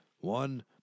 one